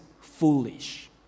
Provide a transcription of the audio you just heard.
foolish